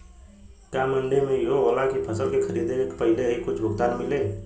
का मंडी में इहो होला की फसल के खरीदे के पहिले ही कुछ भुगतान मिले?